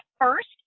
first